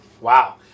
Wow